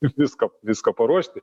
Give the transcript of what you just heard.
ir viską viską paruošti